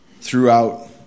throughout